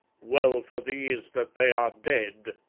well for these that they are dead,